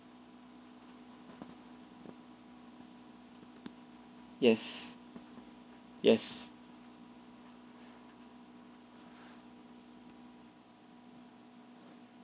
yes yes